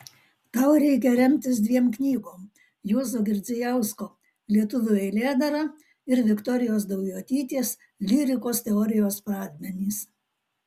tau reikia remtis dviem knygom juozo girdzijausko lietuvių eilėdara ir viktorijos daujotytės lyrikos teorijos pradmenys